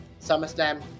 SummerSlam